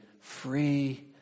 free